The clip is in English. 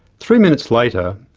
three minutes later,